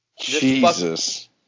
Jesus